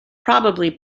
probably